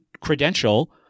credential